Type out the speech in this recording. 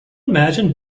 imagine